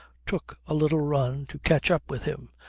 took a little run to catch up with him,